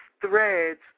threads